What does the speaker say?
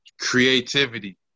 Creativity